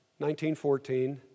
1914